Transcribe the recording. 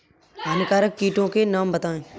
हानिकारक कीटों के नाम बताएँ?